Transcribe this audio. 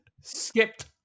Skipped